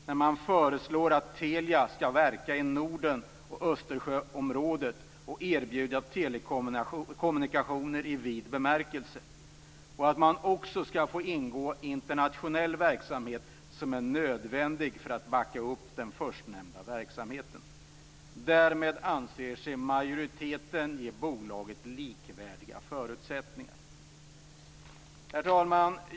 Där föreslås att Telia skall verka i Norden och Östersjöområdet och erbjuda telekommunikationer i vid bemärkelse. Telia skall få ingå nödvändig internationell verksamhet för att backa upp den förstnämnda verksamheten. Därmed anser majoriteten ge bolaget likvärdiga förutsättningar. Herr talman!